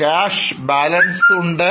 Cash balance ഉണ്ട്